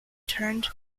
turned